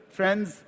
friends